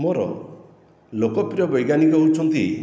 ମୋର ଲୋକପ୍ରିୟ ବୈଜ୍ଞାନିକ ହେଉଛନ୍ତି